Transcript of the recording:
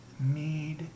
need